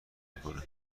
میکنه